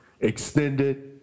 extended